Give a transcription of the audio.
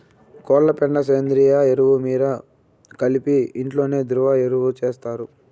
కోళ్ల పెండ సేంద్రియ ఎరువు మీరు కలిసి ఇంట్లోనే ద్రవ ఎరువు చేస్తారు